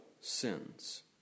sins